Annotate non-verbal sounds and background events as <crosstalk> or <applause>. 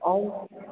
అవును <unintelligible>